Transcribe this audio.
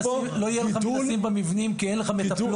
לא יהיה מה לשים במבנים כי אין לך מטפלות.